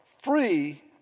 free